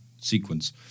sequence